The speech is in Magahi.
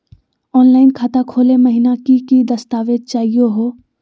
ऑनलाइन खाता खोलै महिना की की दस्तावेज चाहीयो हो?